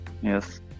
yes